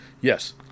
Yes